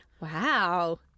Wow